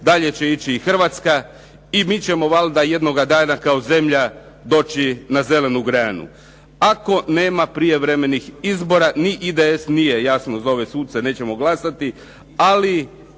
dalje će ići i Hrvatska i mi ćemo valjda jednoga dana kao zemlja doći na zelenu granu. Ako nema prijevremenih izbora, ni IDS nije jasno za ove suce, nećemo glasati, ali